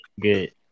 good